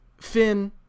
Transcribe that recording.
Finn